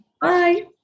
Bye